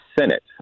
Senate